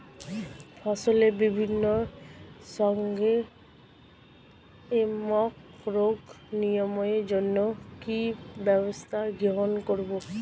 ফসলের বিভিন্ন সংক্রামক রোগ নিরাময়ের জন্য কি কি ব্যবস্থা গ্রহণ করব?